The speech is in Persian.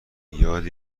یاد